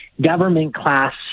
government-class